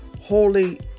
holy